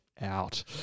out